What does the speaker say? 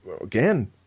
again